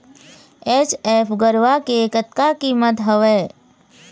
HF गरवा के कतका कीमत हवए?